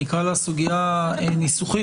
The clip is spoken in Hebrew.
שנקרא לה סוגיה ניסוחית,